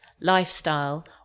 lifestyle